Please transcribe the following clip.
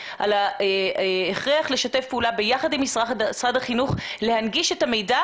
לגבי ההכרח לשתף פעולה ביחד עם משרד החינוך להנגיש את המידע